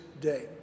Day